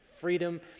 freedom